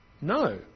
no